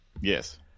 yes